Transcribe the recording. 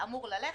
אמור ללכת,